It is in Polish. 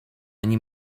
nim